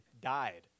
died